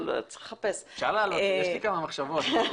אפשר להעלות, יש לי כמה מחשבות.